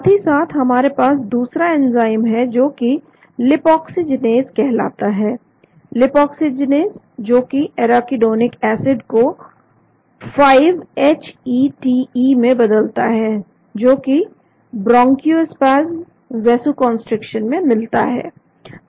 साथ ही साथ हमारे पास दूसरा एंजाइम है जो कि लीपाक्सीजीनेस कहलाता है लीपाक्सीजीनेस जो कि एराकीडोनिक एसिड को 5HETE में बदलता है जोकि ब्रानकियोस्पासम वैसोकंस्ट्रीक्शन में मिलता है